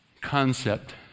concept